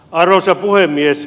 arvoisa puhemies